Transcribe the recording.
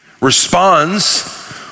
responds